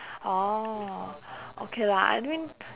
orh okay lah I mean